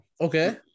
Okay